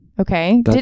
Okay